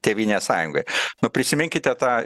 tėvynės sąjungoj nu prisiminkite tą